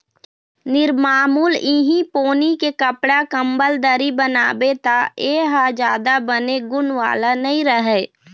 निरमामुल इहीं पोनी के कपड़ा, कंबल, दरी बनाबे त ए ह जादा बने गुन वाला नइ रहय